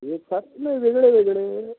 एकसाथ नाही वेगळेवेगळे